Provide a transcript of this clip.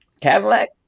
Cadillac